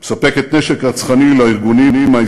3,000 שנה, והיא נשארה הלב של האומה שלנו